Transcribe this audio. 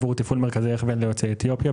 עבור תפעול מרכזי הכוון ליוצאי אתיופיה,